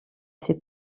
ses